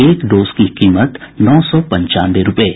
एक डोज की कीमत नौ सौ पंचानवे रूपये